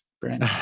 brand